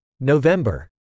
November